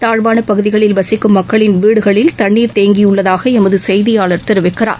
தாழ்வான பகுதிகளில் வசிக்கும் மக்களின் வீடுகளில் தண்ணீர் தேங்கியுள்ளதாக எமது சுசுய்தியாளர் தெரிவிக்கிறார்